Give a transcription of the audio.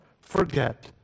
forget